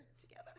together